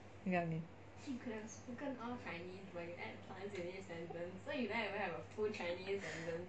you get what I mean